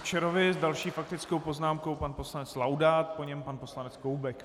S další faktickou poznámkou pan poslanec Laudát, po něm pan poslanec Koubek.